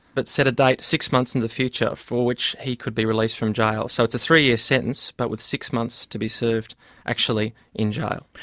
but set a date six months in the future for which he could be released from jail. so it's a three-year sentence, but with six months to be served actually in jail.